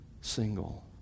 single